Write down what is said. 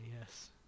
yes